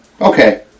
Okay